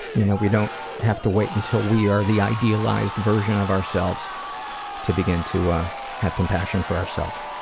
you know we don't have to wait until we are the idealized version of ourselves to begin to ah have compassion for ourselves.